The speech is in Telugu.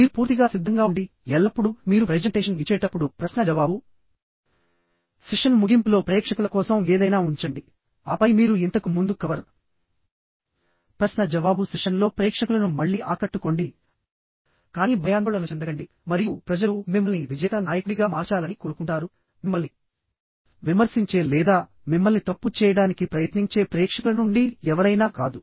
మీరు పూర్తిగా సిద్ధంగా ఉండి ఎల్లప్పుడూ మీరు ప్రెజెంటేషన్ ఇచ్చేటప్పుడు ప్రశ్న జవాబు సెషన్ ముగింపులో ప్రేక్షకుల కోసం ఏదైనా ఉంచండి ఆపై మీరు ఇంతకు ముందు కవర్ చేయని పాయింట్లను ఉపయోగించండి మరియు ప్రశ్న జవాబు సెషన్లో ప్రేక్షకులను మళ్లీ ఆకట్టుకోండి కానీ భయాందోళన చెందకండి మరియు ప్రజలు మిమ్మల్ని విజేత నాయకుడిగా మార్చాలని కోరుకుంటారు మిమ్మల్ని విమర్శించే లేదా మిమ్మల్ని తప్పు చేయడానికి ప్రయత్నించే ప్రేక్షకుల నుండి ఎవరైనా కాదు